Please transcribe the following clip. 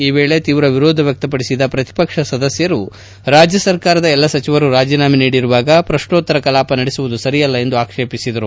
ಈ ವೇಳೆ ತೀವ್ರ ವಿರೋಧ ವ್ಯಕ್ತ ಪಡಿಸಿದ ಪ್ರತಿಪಕ್ಷ ಸದಸ್ಯರು ರಾಜ್ಯಸರ್ಕಾರದ ಎಲ್ಲ ಸಚಿವರು ರಾಜೀನಾಮೆ ನೀಡಿರುವಾಗ ಪ್ರಕ್ನೋತ್ತರ ಕಲಾಪ ನಡೆಸುವುದು ಸರಿಯಲ್ಲ ಎಂದು ಆಕ್ಷೇಪಿಸಿದರು